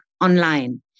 online